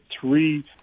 three